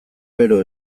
bero